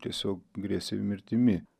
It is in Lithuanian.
tiesiog grėsė mirtimi